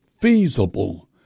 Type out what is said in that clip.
feasible